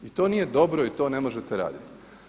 I to nije dobro i to ne možete raditi.